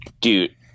dude